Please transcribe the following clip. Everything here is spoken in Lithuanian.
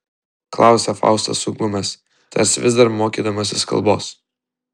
klausia faustas suglumęs tarsi vis dar mokydamasis kalbos